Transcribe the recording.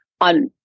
on